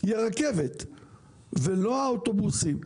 היא הרכבת ולא האוטובוסים.